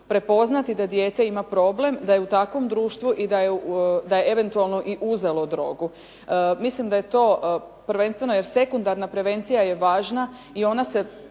prepoznati da dijete ima problem da je u takvom društvu i da je eventualno i uzelo drogu. Mislim da je to prvenstveno, jer sekundarna prevencija je važna i ona se